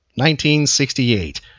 1968